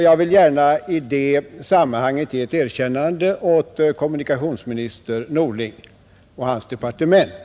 Jag vill gärna i det sammanhanget ge ett erkännande åt kommunikationsminister Norling och hans departement.